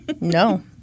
No